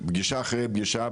פגישה אחרי פגישה,